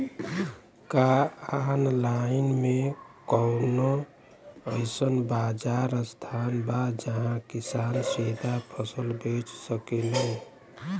का आनलाइन मे कौनो अइसन बाजार स्थान बा जहाँ किसान सीधा फसल बेच सकेलन?